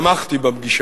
שמחתי בפגישה.